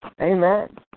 Amen